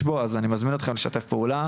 בו אז אני מזמין אותכם לשתף פעולה,